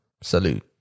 salute